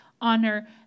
honor